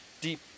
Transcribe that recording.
deep